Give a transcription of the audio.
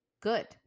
good